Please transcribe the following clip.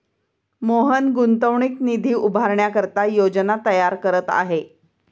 मोहन गुंतवणूक निधी उभारण्याकरिता योजना तयार करत आहे